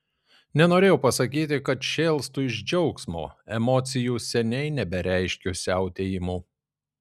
nenorėjau pasakyti kad šėlstu iš džiaugsmo emocijų seniai nebereiškiu siautėjimu